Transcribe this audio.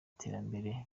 terambere